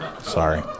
Sorry